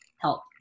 help